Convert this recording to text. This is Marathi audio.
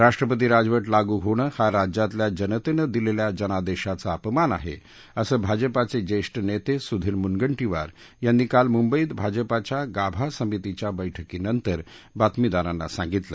राष्ट्रपती राजवट लागू होणं हा राज्यातल्या जनतेनं दिलेल्या जनादेशाचा अपमान आहे असं भाजपाचे ज्येष्ठ नेते सुधीर मुनगंटीवार यांनी काल मुंबईत भाजपाच्या गाभा समितीच्या बैठकीनंतर बातमीदारांना सांगितलं